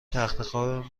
تختخواب